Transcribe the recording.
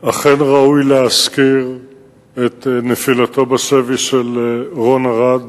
אכן ראוי להזכיר את נפילתו בשבי של רון ארד,